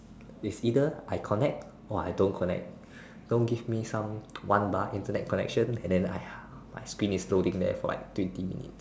it's either I connect or I don't connect don't give me some one bar Internet connection and then ah ya my spin is holding there for like twenty minutes